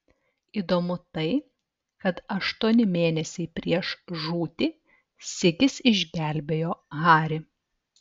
įdomu tai kad aštuoni mėnesiai prieš žūtį sigis išgelbėjo harį